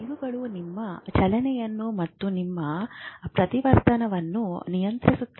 ಇವುಗಳು ನಿಮ್ಮ ಚಲನೆಯನ್ನು ಮತ್ತು ನಿಮ್ಮ ಪ್ರತಿವರ್ತನವನ್ನು ನಿಯಂತ್ರಿಸುತ್ತದೆ